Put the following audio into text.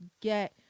get